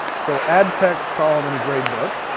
so add text column in a gradebook.